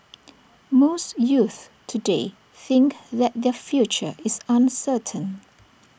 most youths today think that their future is uncertain